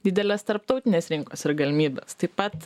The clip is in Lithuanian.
didelės tarptautinės rinkos ir galimybės taip pat